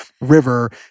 river